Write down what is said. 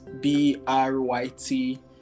b-r-y-t